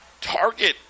Target